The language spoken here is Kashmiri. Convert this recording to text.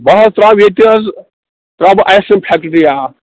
بہٕ حظ ترٛاوٕ ییٚتہِ حظ ترٛاو بہٕ آیس کرٛیم فیکٹریہ اَکھ